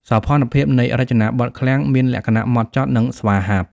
សោភ័ណភាពនៃរចនាបថឃ្លាំងមានលក្ខណៈហ្មត់ចត់ និងស្វាហាប់។